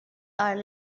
are